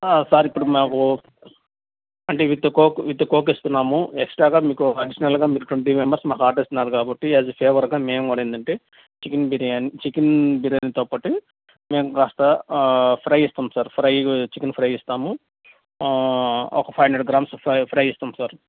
sir ఇప్పుడు మాకూ అంటే విత్ కోక్ విత్ కోక్ ఇస్తున్నాము ఎక్స్ట్రాగా మీకు అడిషనల్గా మీకు ట్వెంటీ మెంబర్స్ మాకు ఆర్డర్ ఇస్తున్నారు కాబట్టి యాజ్ ఏ ఫేవర్గా మేము కూడా ఏంటంటే చికెన్ బిర్యానీ చికెన్ బిర్యానీతో పాటే మేము కాస్త ఫ్రై ఇస్తాము సార్ ఫ్రై చికెన్ ఫ్రై ఇస్తాము ఒక five hundred grams fry fry ఇస్తాము సార్